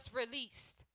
released